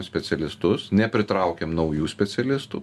praleidinėjame specialistus nepritraukiame naujų specialistų